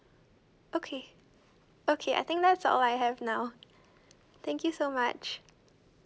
okay okay I think that's all I have now thank you so much